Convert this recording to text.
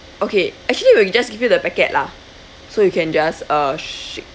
okay actually we will just give you the packet lah so you can just uh shake